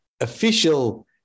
official